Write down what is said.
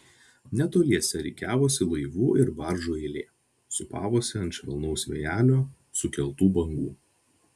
netoliese rikiavosi laivų ir baržų eilė sūpavosi ant švelnaus vėjelio sukeltų bangų